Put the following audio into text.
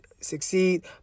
succeed